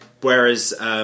Whereas